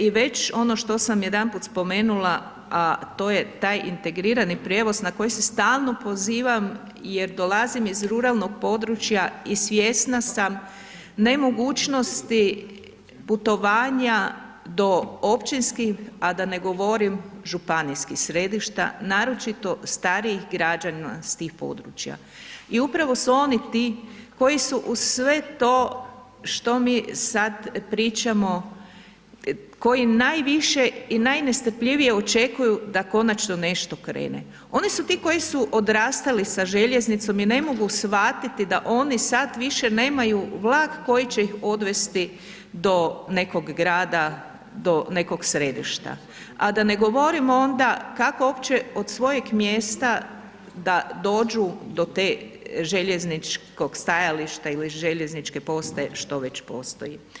I već ono što sam jedanput spomenula, a to je taj integrirani prijevoz na koji se stalno pozivam jer dolazim iz ruralnog područja i svjesna sam nemogućnosti putovanja do općinskih, a ne govorim županijskih središta, naročito starijih građana s tih područja i upravo su oni ti koji su uz sve to što mi sad pričamo, koji najviše i najnestrpljivije očekuju da konačno nešto krene, oni su ti koji su odrastali sa željeznicom i ne mogu shvatiti da oni sad više nemaju vlak koji će ih odvesti do nekog grada, do nekog središta, a da ne govorimo onda kako opće od svojeg mjesta da dođu do te, željezničkog stajališta ili željezničke postaje, što već postoji.